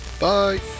Bye